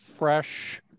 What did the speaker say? fresh